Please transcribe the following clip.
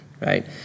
right